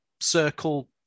circle